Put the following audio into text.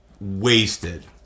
wasted